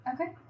Okay